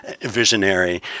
visionary